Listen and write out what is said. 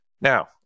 Now